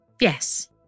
Yes